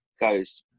goes